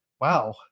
Wow